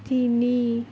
তিনি